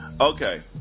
Okay